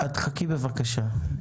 חכי בבקשה,